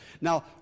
Now